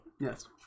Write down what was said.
yes